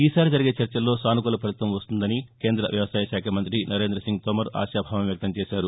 ఈసారి జరిగే చర్చల్లో సానుకూల ఫలితం వస్తుందని కేంద్ర వ్యవసాయ శాఖ మంతి సరేంద్ర సింగ్ తోమర్ ఆశాభావం వ్యక్తం చేశారు